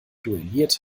duelliert